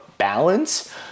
balance